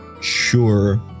Sure